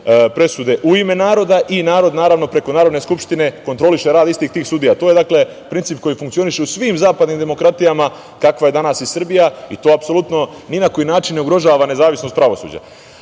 presude u ime naroda i narod, preko Narodne skupštine, kontroliše rad istih tih sudija. To je, dakle, princip koji funkcioniše u svim zapadnim demokratijama, kakva je danas i Srbija, i to apsolutno ni na koji način ne ugrožava nezavisnost pravosuđa. Moramo